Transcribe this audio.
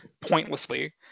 pointlessly